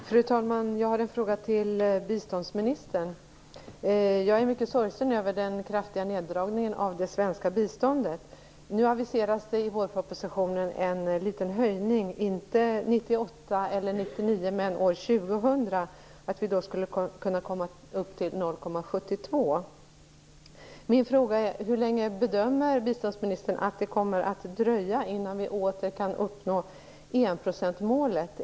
Fru talman! Jag har en fråga till biståndsministern. Jag är mycket sorgsen över den kraftiga neddragningen av det svenska biståndet. Nu aviseras i vårpropositionen en liten höjning, och att vi, inte 1998 eller 1999 men år 2000, skulle kunna komma upp till 0,72. Min fråga är: Hur länge bedömer biståndsministern att det kommer att dröja innan vi åter kan uppnå enprocentsmålet?